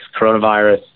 coronavirus